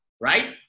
right